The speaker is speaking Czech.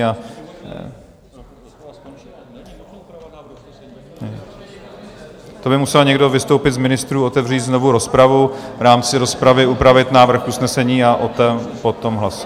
To by musel někdo vystoupit z ministrů, otevřít znovu rozpravu, v rámci rozpravy upravit návrh usnesení a o tom potom hlasovat.